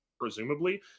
presumably